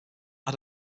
had